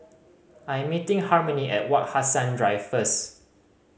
I am meeting Harmony at Wak Hassan Drive first